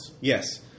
Yes